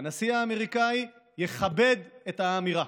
הנשיא האמריקאי יכבד את האמירה.